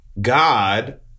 God